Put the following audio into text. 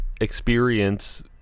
experience